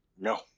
No